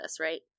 right